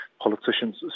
politicians